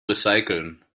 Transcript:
recyceln